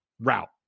route